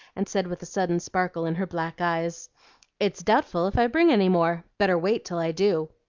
and said with a sudden sparkle in her black eyes it's doubtful if i bring any more. better wait till i do.